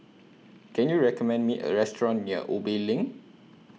Can YOU recommend Me A Restaurant near Ubi LINK